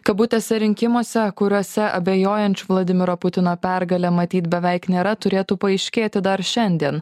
kabutėse rinkimuose kuriuose abejojančių vladimiro putino pergale matyt beveik nėra turėtų paaiškėti dar šiandien